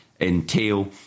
entail